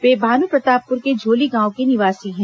वे भानुप्रतापपुर के झोली गांव के निवासी हैं